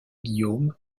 guillaume